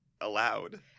allowed